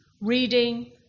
reading